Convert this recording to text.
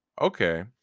okay